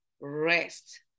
rest